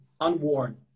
unworn